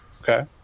Okay